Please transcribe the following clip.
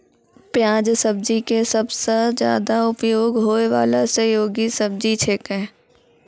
प्याज सब्जी के सबसॅ ज्यादा उपयोग होय वाला सहयोगी सब्जी छेकै